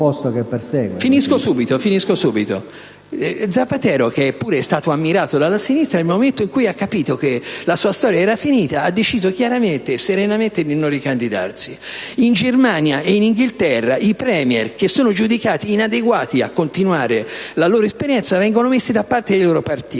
signor Presidente. Lo Zapatero tanto idolatrato dalla sinistra, nel momento in cui ha capito che la sua storia era finita, ha deciso chiaramente e serenamente di non ricandidarsi. In Germania e in Inghilterra i *Premier* che sono giudicati inadeguati a continuare la loro esperienza vengono messi da parte dai loro partiti.